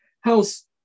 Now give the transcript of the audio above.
house